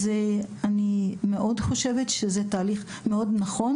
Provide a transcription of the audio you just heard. אני חושבת שזה תהליך מאוד נכון,